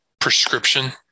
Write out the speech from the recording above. prescription